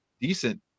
decent